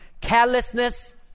carelessness